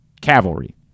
Cavalry